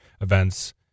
events